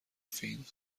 فین